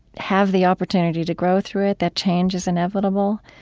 have the opportunity to grow through it, that change is inevitable.